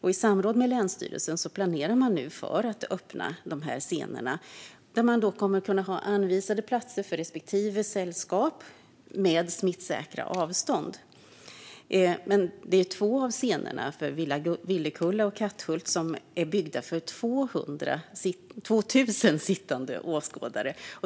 I samråd med länsstyrelsen planerar man nu för att öppna dessa scener där man kommer att kunna ha anvisade platser för respektive sällskap med smittsäkra avstånd. Men det är två av scenerna, för Villa Villekulla och Katthult, som är byggda för 2 000 sittande åskådare.